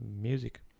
music